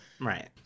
Right